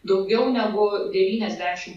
daugiau negu devyniasdešimt